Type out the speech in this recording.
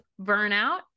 burnout